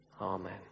Amen